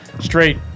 Straight